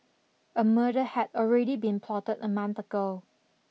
a murder had already been plotted a month ago